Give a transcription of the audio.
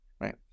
right